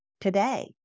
today